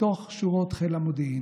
מתוך שורות חיל המודיעין.